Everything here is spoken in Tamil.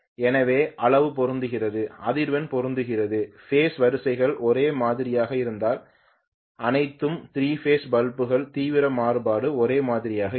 எனவே அளவு பொருந்துகிறது அதிர்வெண் பொருந்துகிறது பேஸ் வரிசைகள் ஒரே மாதிரியாக இருந்தால் அனைத்து 3 பேஸ் பல்புகளின் தீவிர மாறுபாடு ஒரே மாதிரியாக இருக்கும்